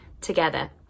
together